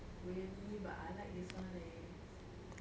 really but I like this one leh